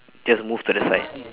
just move to the side